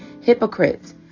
Hypocrite